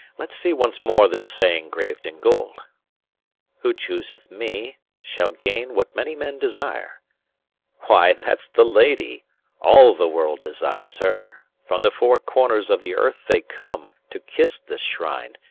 let's see once more this saying grav'd in gold who chooseth me shall gain what many men desire why, that's the lady all the world desires her from the four corners of the earth they come, to kiss this shrine,